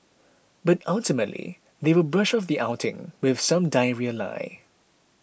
but ultimately they will brush off the outing with some diarrhoea lie